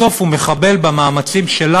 בסוף הוא מחבל במאמצים שלנו,